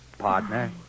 partner